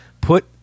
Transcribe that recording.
put